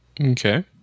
Okay